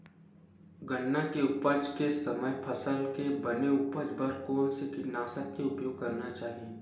गन्ना के उपज के समय फसल के बने उपज बर कोन से कीटनाशक के उपयोग करना चाहि?